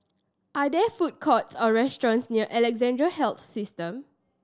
are there food courts or restaurants near Alexandra Health System